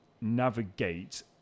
navigate